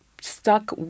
stuck